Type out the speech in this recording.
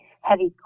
heavy